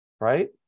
Right